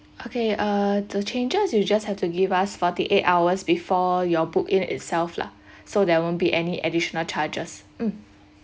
okay uh the changes you just have to give us forty-eight hours before your book in itself lah so there won't be any additional charges mm